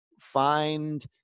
find